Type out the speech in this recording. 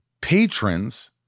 Patrons